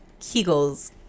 kegels